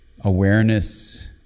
awareness